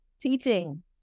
teaching